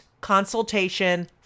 consultation